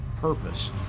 purpose